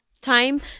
time